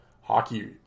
hockey